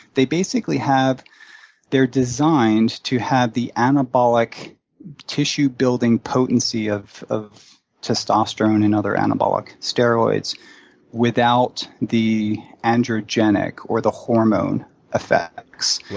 they basically have they're designed to have the anabolic tissue-building potency of of testosterone and other anabolic steroids without the androgenic or the hormone effects.